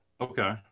Okay